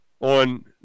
on